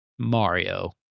Mario